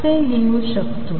असे लिहू शकतो